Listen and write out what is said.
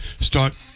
start